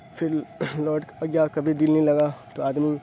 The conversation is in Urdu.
پھر لوٹ یا کبھی دل نہیں لگا تو آدمی